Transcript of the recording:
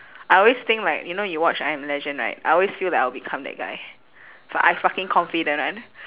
I always think like you know you watch I am legend right I always feel like I'll become that guy but I fucking confident [one]